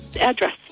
address